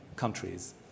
Countries